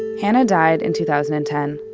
hana died in two thousand and ten.